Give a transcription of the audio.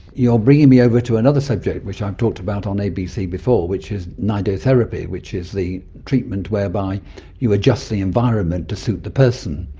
you're bringing me over to another subject which i've talked about on abc before which is nidotherapy which is the treatment whereby you adjust the environment to suit the person.